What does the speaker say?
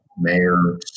mayor